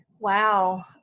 Wow